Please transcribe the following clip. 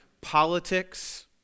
politics